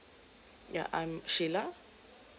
yeah I'm sheila